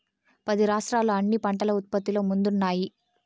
పది రాష్ట్రాలు అన్ని పంటల ఉత్పత్తిలో ముందున్నాయి